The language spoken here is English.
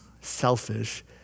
selfish